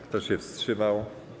Kto się wstrzymał?